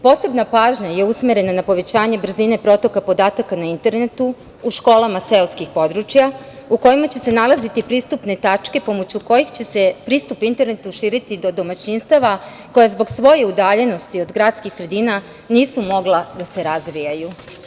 Posebna pažnja je usmerena na povećanje brzine protoka podataka na internetu, u školama seoskih područja, u kojima će se nalaziti pristupne tačke pomoću kojih će se pristup internetu širiti do domaćinstava koja zbog svoje udaljenosti od gradskih sredina nisu mogla da se razvijaju.